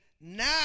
now